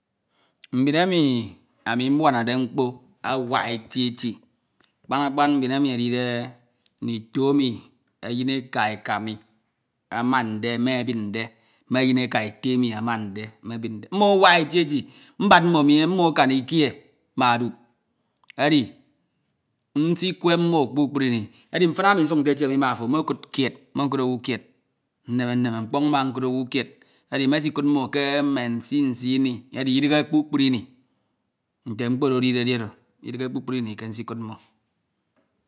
. Mbin emi ami mbuanade mkpo awak eti. Akpan Akpan mbin emi edide ndito emi eyin ekaeka mi amande me ebinde, me eyineka ete mi amande me ebinde mmo awak eti eti Mbad mmo mi mmo akan ikie ma dup edi nsikwe mmo kpukpru ini, edi mfin ana nsuk nte tie mi mekud kied, mekwa owu kied nneme nneme, mkpọñ mma nkud owu kied edi me sikud mmo ke mme nsiinsii mi ech idighe kpukpra mi Nte mkpo oro edide edi oro idighe kpukpru mi ke nsikud mmo.